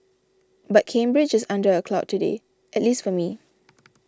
but Cambridge is under a cloud today at least for me